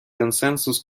консенсус